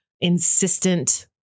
insistent